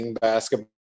basketball